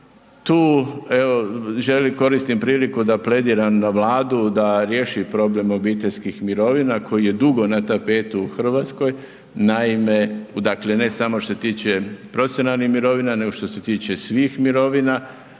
koristim priliku da plediram na Vladu da riješi problem obiteljskih mirovina koji je dugo na tapetu u RH. Naime, dakle ne samo što se tiče profesionalnih mirovina, nego što se tiče svih mirovina